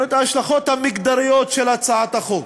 ההשלכות המגדריות של הצעת החוק,